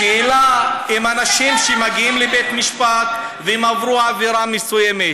השאלה: אם אנשים שמגיעים לבית משפט והם עברו עבירה מסוימת,